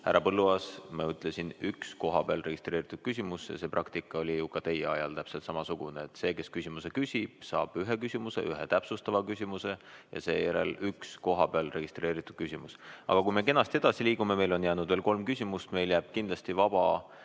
Härra Põlluaas, ma ütlesin, et üks kohapeal registreeritud küsimus. See praktika oli ju ka teie ajal täpselt samasugune: see, kes küsimuse küsib, saab ühe küsimuse, ühe täpsustava küsimuse ja seejärel on üks kohapeal registreeritud küsimus. Aga kui me kenasti edasi liigume, meil on jäänud veel kolm küsimust, siis meil jääb kindlasti vaba